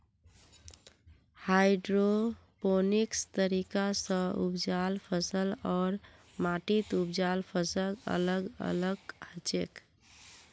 hydroponics तरीका स उपजाल फसल आर माटीत उपजाल फसल अलग अलग हछेक